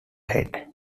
head